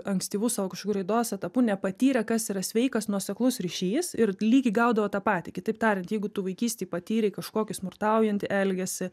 ankstyvu savo kažkokiu raidos etapu nepatyrė kas yra sveikas nuoseklus ryšys ir lygiai gaudavo tą patį kitaip tariant jeigu tu vaikystėj patyrei kažkokį smurtaujantį elgesį